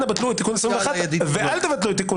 אנא בטלו את תיקון 21 ואל תבטלו את תיקון